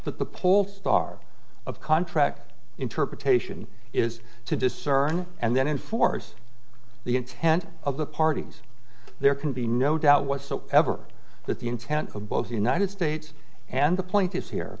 that the pool star of contract interpretation is to discern and then enforce the intent of the parties there can be no doubt whatsoever that the intent of both the united states and the pla